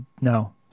no